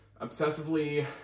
obsessively